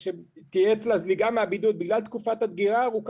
שתהיה אצלה זליגה מהבידוד בגלל תקופת הדגירה הארוכה,